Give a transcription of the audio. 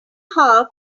half